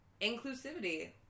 inclusivity